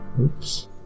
Oops